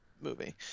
movie